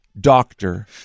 doctor